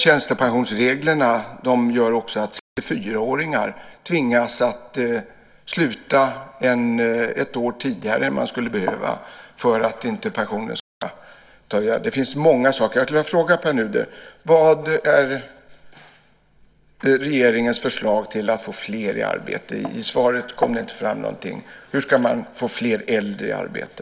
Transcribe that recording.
Tjänstepensionsreglerna gör också att 64-åringar tvingas sluta ett år tidigare än man skulle behöva för att inte pensionen ska drabbas. Det finns många saker. Jag skulle vilja fråga Pär Nuder: Vad är regeringens förslag för att få fler i arbete? I svaret kom det inte fram någonting. Hur ska man få fler äldre i arbete?